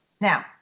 now